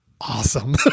awesome